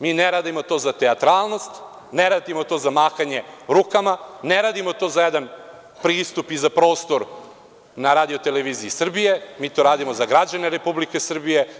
Mi ne radimo to za teatralnost, ne radimo to za mahanje rukama, ne radimo to za jedan pristup i za prostor na RTS-u, mi to radimo za građane Republike Srbije.